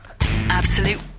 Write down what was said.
Absolute